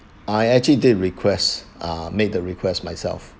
I actually did requests uh made the request myself